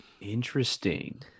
Interesting